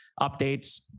updates